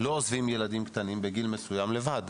לא עוזבים ילדים קטנים בגיל מסוים לבד,